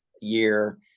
year